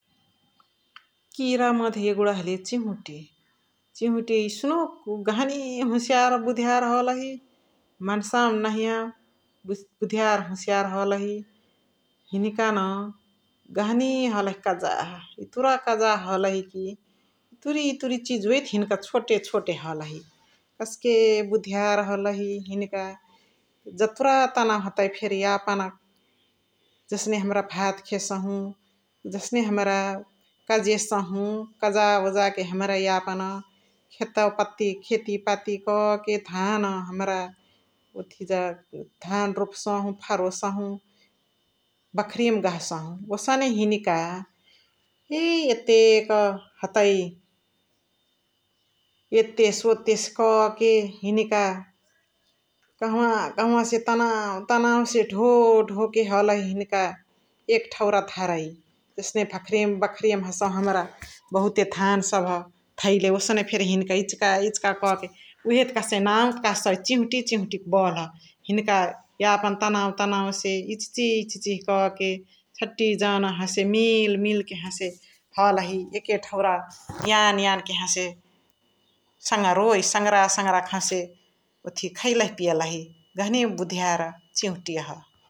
किरा मधे यगुडा हलिय चिहुती । चिहुती एसनुकु गहनी हओसियार बुधियार हलही मन्सावान नहिया बुधियार हओसियार हलही । हिनिका न गहनी हलही कजाह एतुरा कजाह हलही कि इचरए इचरए चिजुवै त छोटे छोटे हलही कस्क बुधियार हलही हिनिका जतुरा तनाउ हतै फेनी यापन्, जनसे हमारा भात खेसहु जनसे हमारा कजेसहु कजा वोजा के हमरा यापना खेताउ पतिया खति पाती क के घान हमरा ओथिजा घान रोप्सहु, फरोसहु बखरी मा गह्सहु । ओसने हिनिका इएतेक हतइ, एतेस ओव्तेस का के हिनिका कहाँवा कहाँवा से तनाउ तन्नौ से ढो ढो के हलही हिनिका एक ठौरा धरै । जनसे भकरी मा बखरी मा हसहु हमरा बहुते घन सभ धैले ओसने सभ फेनी हिनिका इचिका इचिका क के उहे त कह्सै नाउ त कह्सै चिहुती चिहुती क बन । हिनिका यापन तनाउ तनाउ से इचिहिची क के छाटी जान मिल मिल के हसे हलही एक ठौरा यान यान के हसे सङरोइ । सङरा सङरा हसे ओति खैलही पियलही गहनी बुधिया र चिहुतियाह ।